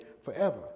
forever